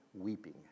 weeping